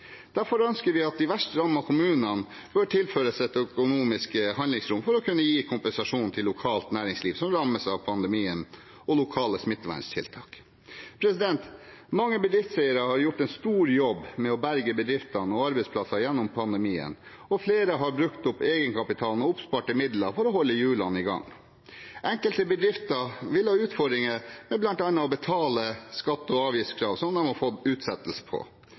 Derfor ønsker vi at de verst rammede kommunene tilføres et økonomisk handlingsrom til å kunne gi kompensasjon til lokalt næringsliv som rammes av pandemien og lokale smitteverntiltak. Mange bedriftseiere har gjort en stor jobb med å berge bedrifter og arbeidsplasser gjennom pandemien, og flere har brukt opp egenkapitalen og oppsparte midler for å holde hjulene i gang. Enkelte bedrifter vil ha utfordringer med bl.a. å betale skatte- og avgiftskrav som de har fått utsettelse på,